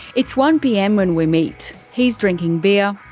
it's one pm when we meet. he's drinking beer.